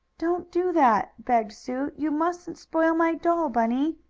don't do that! begged sue. you mustn't spoil my doll, bunny!